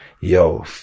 yo